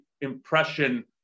impression